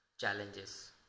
challenges